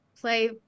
play